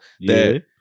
that-